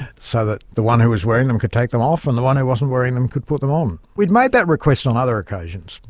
so that the one who was wearing them could take them off and the one who wasn't wearing them could put them on. we'd made that request on other occasions,